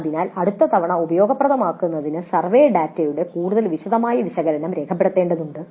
അതിനാൽ അടുത്ത തവണ ഉപയോഗപ്രദമാകുന്നതിന് സർവേ ഡാറ്റയുടെ കൂടുതൽ വിശദമായ വിശകലനം രേഖപ്പെടുത്തേണ്ടതുണ്ട്